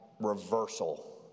reversal